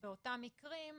באותם מקרים,